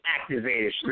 activated